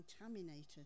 contaminated